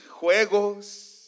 Juegos